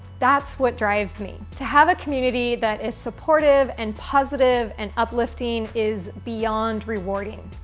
that's what drives me. to have a community, that is supportive, and positive, and uplifting is beyond rewarding.